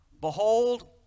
Behold